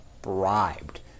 bribed